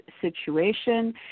situation